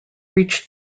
reached